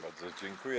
Bardzo dziękuję.